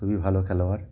খুবই ভালো খেলোয়াড়